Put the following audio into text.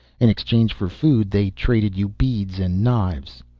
in exchange for food, they traded you beads and knives.